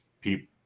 people